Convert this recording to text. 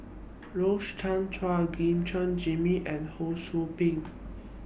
Rose Chan Chua Gim Guan Jimmy and Ho SOU Ping